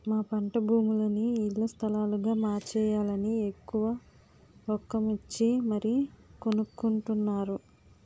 మా పంటభూములని ఇళ్ల స్థలాలుగా మార్చేయాలని ఎక్కువ రొక్కమిచ్చి మరీ కొనుక్కొంటున్నారు